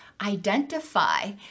identify